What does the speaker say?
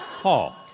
Paul